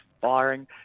firing